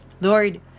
Lord